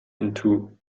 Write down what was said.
into